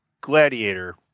Gladiator